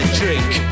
drink